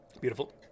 Beautiful